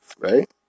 right